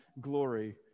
glory